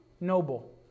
noble